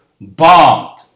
bombed